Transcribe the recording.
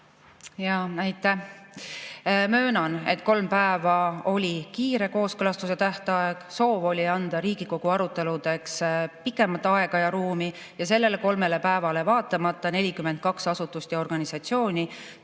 Ma möönan, et kolm päeva oli kiire kooskõlastuse tähtaeg. Soov oli anda Riigikogu aruteludeks rohkem aega ja ruumi. Sellele kolmele päevale vaatamata 42 asutust ja organisatsiooni